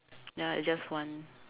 ya it's just one